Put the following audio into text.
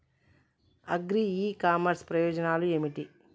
Agri e commerce ప్రయోజనాలు ఏమిటి?